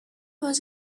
was